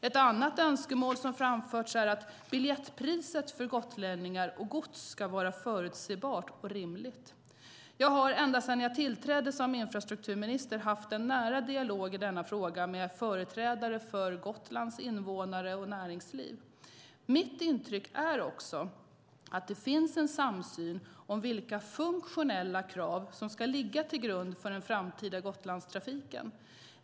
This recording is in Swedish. Ett annat önskemål som framförts är att biljettpriset för gotlänningar och gods ska vara förutsebart och rimligt. Jag har ända sedan jag tillträdde som infrastrukturminister haft en nära dialog i denna fråga med företrädare för Gotlands invånare och näringsliv. Mitt intryck är också att det finns en samsyn om vilka funktionella krav som ska ligga grund för den framtida Gotlandstrafiken.